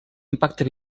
impacte